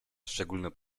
szczególne